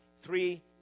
Three